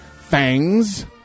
Fangs